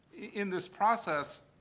in this process,